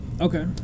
Okay